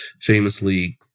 famously